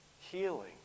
Healing